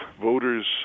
voters